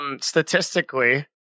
statistically